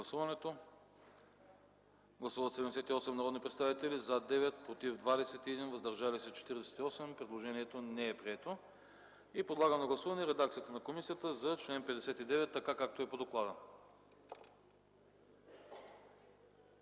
Гласували 76 народни представители: за 11, против 56, въздържали се 9. Предложението не е прието. Сега подлагам на гласуване редакцията на комисията за чл. 62, така както е по доклада.